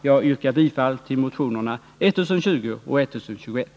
Jag yrkar bifall till motionerna 1020 och 1021.